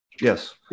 Yes